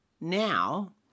Now